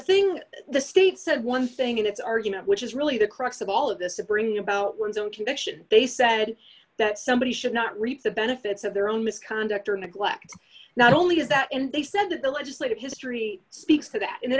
thing the state said one thing in its argument which is really the crux of all of this to bring about one's own conviction they said that somebody should not reap the benefits of their own misconduct or neglect not only is that and they said that the legislative history speaks to that and it